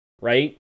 right